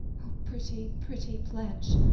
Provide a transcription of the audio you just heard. o pretty, pretty pledge!